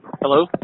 Hello